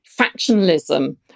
factionalism